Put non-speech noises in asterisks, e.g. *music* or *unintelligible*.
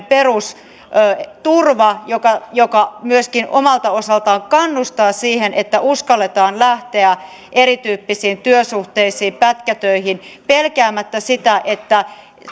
*unintelligible* perusturva joka joka myöskin omalta osaltaan kannustaa siihen että uskalletaan lähteä erityyppisiin työsuhteisiin ja pätkätöihin pelkäämättä sitä että